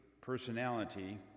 personality